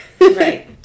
right